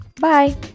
bye